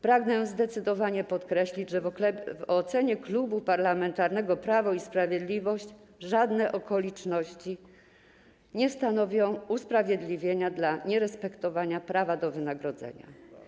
Pragnę zdecydowanie podkreślić, że w ocenie Klubu Parlamentarnego Prawo i Sprawiedliwość żadne okoliczności nie stanowią usprawiedliwienia dla nierespektowania prawa do wynagrodzenia.